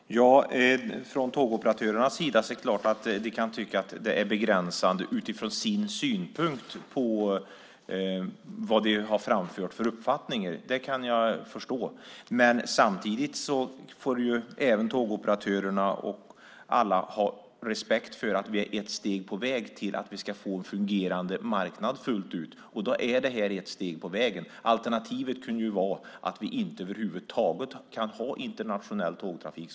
Fru talman! Från Tågoperatörernas sida är det klart att de kan tycka att det är begränsande utifrån sin synpunkt och vad de har framfört för uppfattningar. Det kan jag förstå. Men samtidigt får även Tågoperatörerna och alla andra ha respekt för att vi är ett steg på väg mot att få en fungerande marknad fullt ut. Då är det här ett steg på vägen. Alternativet kunde vara att vi inte över huvud taget kan ha fungerande internationell tågtrafik.